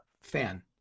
fan